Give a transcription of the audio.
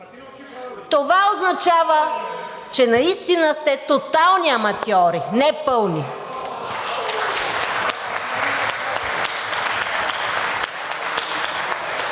това означава, че наистина сте тотални аматьори – не пълни!